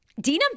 Dina